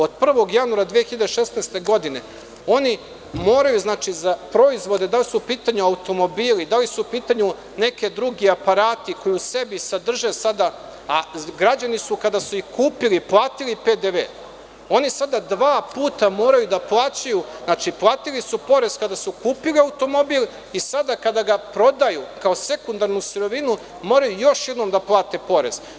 Od 1. januara 2016. godine, oni moraju za proizvode da li su u pitanju automobili, da li su u pitanju neki drugi aparati koji u sebi sadrže sada, a građani kada su ih kupili platili su PDV, oni sada dva puta moraju da plaćaju, znači platili su porez kada su kupili automobil i sada kada ga prodaju, kao sekundarnu sirovinu moraju još jednom da plate porez.